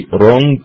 wrong